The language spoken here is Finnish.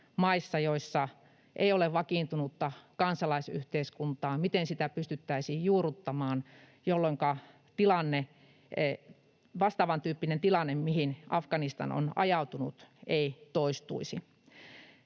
maissa, joissa ei ole vakiintunutta kansalaisyhteiskuntaa, ja miten sitä pystyttäisiin juurruttamaan, jolloinka vastaavantyyppinen tilanne kuin mihin Afganistan on ajautunut ei toistuisi.